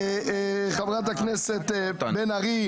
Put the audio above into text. חברת הכנסת בן ארי,